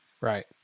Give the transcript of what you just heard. Right